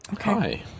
Hi